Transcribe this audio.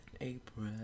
April